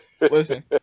Listen